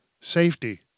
Safety